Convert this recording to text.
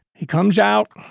he comes out.